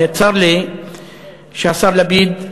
צר לי שהשר לפיד,